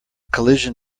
collision